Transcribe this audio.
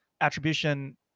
attribution